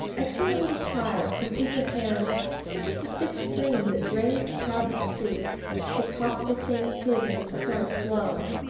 i see a little child whose eager hands search the thick stream that drains the crowded street for possible things hid in its current slow.